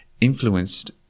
influenced